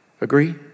Agree